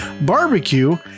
barbecue